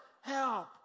help